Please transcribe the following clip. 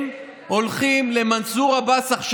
הם הולכים עכשיו למנסור עבאס.